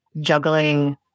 juggling